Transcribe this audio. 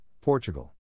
Portugal